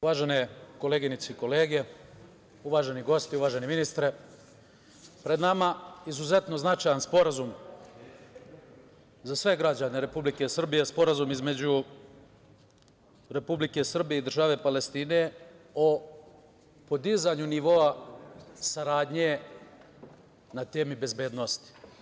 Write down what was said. Uvažene koleginice i kolege, uvaženi gosti, uvaženi ministre, pred nama je izuzetno značajan sporazum za sve građane Republike Srbije, Sporazum između Republike Srbije i države Palestine o podizanju nivoa saradnje na temi bezbednosti.